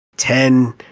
Ten